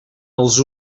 als